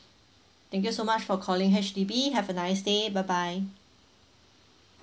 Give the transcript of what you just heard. thank you so much for calling H_D_B have a nice day bye bye